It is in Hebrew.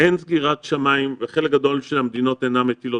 אין סגירת שמים וחלק גדול של המדינות אינן מטילות